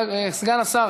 סגן השר,